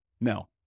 Now